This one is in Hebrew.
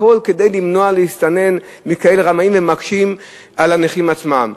הכול כדי למנוע מרמאים שמקשים על הנכים עצמם להסתנן.